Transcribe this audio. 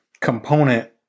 component